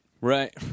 Right